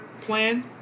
plan